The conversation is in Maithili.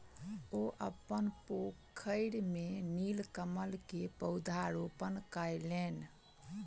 ओ अपन पोखैर में नीलकमल के पौधा रोपण कयलैन